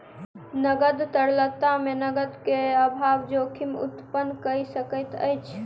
नकद तरलता मे नकद के अभाव जोखिम उत्पन्न कय सकैत अछि